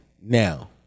Now